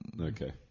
Okay